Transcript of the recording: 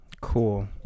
Cool